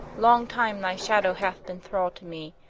long time thy shadow hath been thrall to me,